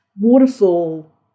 waterfall